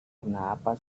kenapa